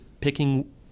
picking